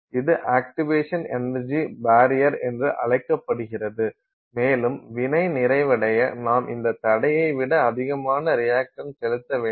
இது activation energy barrier என்று அழைக்கப்படுகிறது மேலும் வினை நிறைவடைய நாம் இந்த தடையை விட அதிகமாக ரியக்டன்ஸ் செலுத்த வேண்டும்